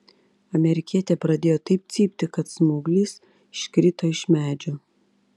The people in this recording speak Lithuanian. amerikietė pradėjo taip cypti kad smauglys iškrito iš medžio